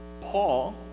Paul